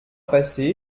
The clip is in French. passé